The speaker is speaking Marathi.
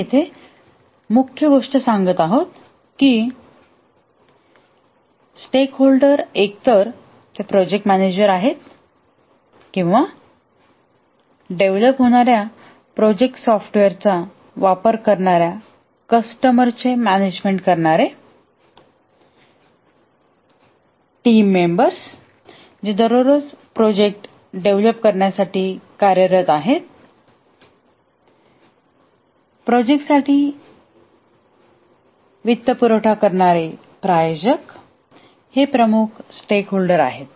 आम्ही येथे मुख्य गोष्ट सांगत आहोत की स्टेकहोल्डर एकतर ते प्रोजेक्ट मॅनेजर आहेत किंवा विकसित होणाऱ्या प्रोजेक्ट सॉफ्टवेअरचा वापर करणार्या कस्टमर्सचे मॅनेजमेंट करणारे टीम मेंबर्स जे दररोज प्रोजेक्ट विकसित करण्यासाठी कार्यरत आहेत प्रोजेक्ट साठी वित्तपुरवठा करणारे प्रायोजक हे प्रमुख स्टेकहोल्डर आहेत